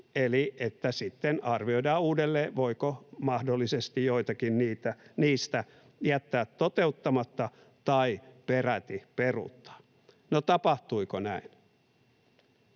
että sitten arvioidaan uudelleen, voiko mahdollisesti joitakin niistä jättää toteuttamatta tai peräti peruuttaa. No tapahtuiko näin?